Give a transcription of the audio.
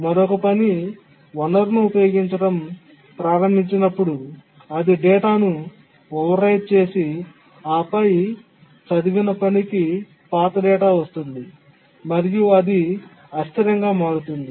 మరొక పని వనరును ఉపయోగించడం ప్రారంభించినప్పుడు అది డేటాను ఓవర్రైట్ చేసి ఆపై చదివిన పనికి పాత డేటా వచ్చింది మరియు అది అస్థిరంగా మారుతుంది